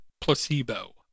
placebo